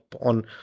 on